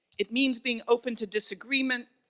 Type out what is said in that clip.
it means being open to disagreement,